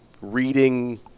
reading